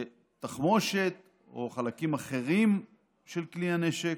תחמושת או חלקים אחרים של כלי הנשק.